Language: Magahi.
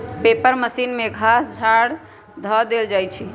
पेपर मशीन में घास झाड़ ध देल जाइ छइ